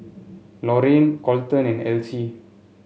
Lorayne Kolten and Elsie